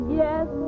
yes